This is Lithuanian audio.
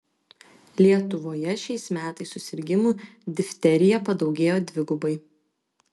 lietuvoje šiais metais susirgimų difterija padaugėjo dvigubai